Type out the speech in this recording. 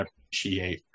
appreciate